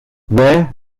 where